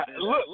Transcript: Look